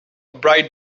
bright